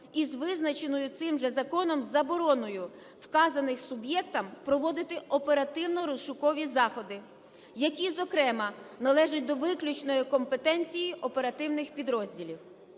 із визначеною цим же законом забороною вказаним суб'єктам проводити оперативно-розшукові заходи, які, зокрема, належать до виключної компетенції оперативних підрозділів.